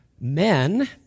men